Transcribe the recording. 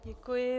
Děkuji.